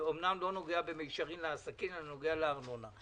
שאמנם לא נוגע ישירות לעסקים אלא נוגע לארנונה,